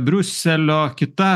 briuselio kita